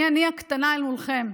מי אני הקטנה מולכם?